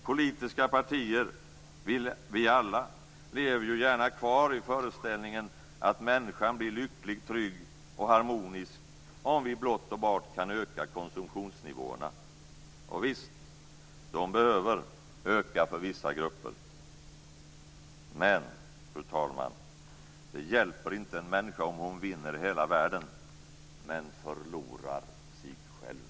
Politiska partier och vi alla lever ju gärna kvar i föreställningen att människan blir lycklig, trygg och harmonisk om vi blott och bart kan öka konsumtionsnivåerna. Och visst, de behöver öka för vissa grupper. Men, fru talman, det hjälper inte en människa om hon vinner hela världen men förlorar sig själv.